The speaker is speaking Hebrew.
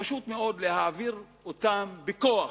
ופשוט להעביר אותם בכוח,